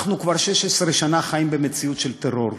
אנחנו כבר 16 שנה חיים במציאות של טרור.